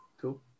Cool